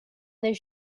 des